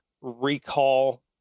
recall